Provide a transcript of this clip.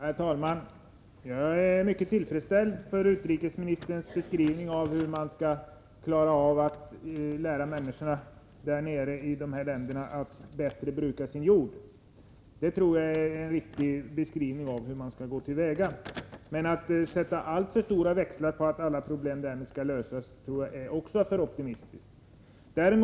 Herr talman! Jag är mycket tillfredsställd av utrikesministerns beskrivning av hur vi skall klara av att lära människorna i dessa länder att bättre bruka sin jord. Jag tror det är en riktig beskrivning av hur vi skall gå till väga. Men att dra alltför stora växlar på att alla problem därmed skulle lösas tror jag inte vi bör göra.